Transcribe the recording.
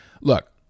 Look